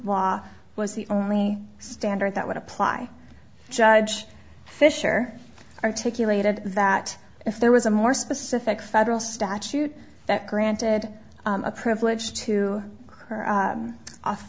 law was the only standard that would apply judge fisher articulated that if there was a more specific federal statute that granted a privilege to her